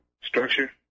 structure